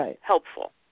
helpful